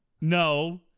no